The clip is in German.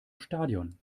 stadion